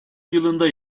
yılında